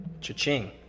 Cha-ching